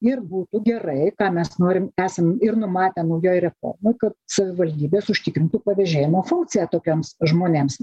ir būtų gerai ką mes norim esam ir numatę naujojoj reformoj kad savivaldybės užtikrintų pavėžėjimo funkciją tokiems žmonėms